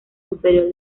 superior